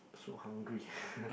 so hungry